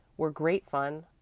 were great fun.